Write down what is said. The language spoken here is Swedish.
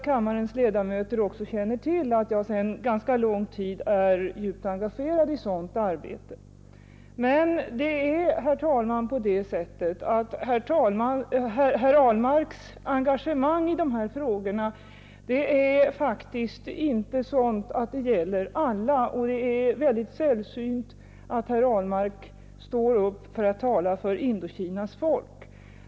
Kammarens ledamöter känner nog till att jag sedan ganska lång tid är djupt engagerad i sådant arbete. Men, herr talman, herr Ahlmarks engagemang i dessa frågor är faktiskt inte sådant att det gäller alla. Det är väldigt sällsynt att herr Ahlmark står upp för att tala för Indokinas folk.